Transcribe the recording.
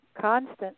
constant